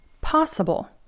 possible